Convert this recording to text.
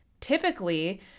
Typically